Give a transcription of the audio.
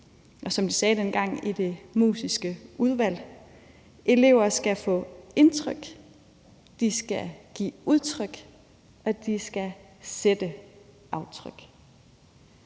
Og som de sagde dengang i Det Musiske Udvalg: Elever skal få indtryk, de skal give udtryk, og de skal sætte aftryk.